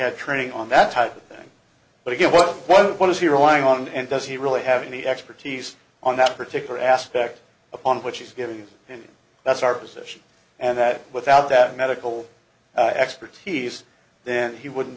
had training on that type of thing but again what what what is he going on and does he really have any expertise on that particular aspect upon which is given him that's our position and that without that medical expertise then he wouldn't